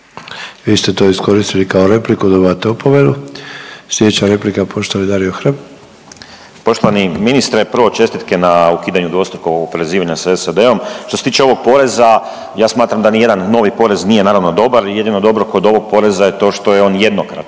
Vi ste to iskoristili kao repliku, dobivate opomenu. Slijedeća replika poštovani Dario Hrebak. **Hrebak, Dario (HSLS)** Poštovani ministre, prvo čestitke na ukidanju dvostrukog oporezivanja sa SAD-om. Što se tiče ovog poreza ja smatram da nijedan novi porez nije naravno dobar, jedino dobro kod ovog poreza je to što je on jednokratan